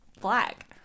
black